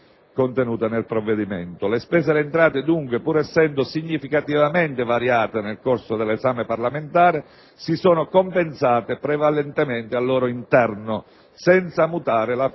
originaria del provvedimento. Le spese e le entrate dunque, pur essendo significativamente variate nel corso dell'esame parlamentare, si sono compensate prevalentemente al loro interno, senza mutare la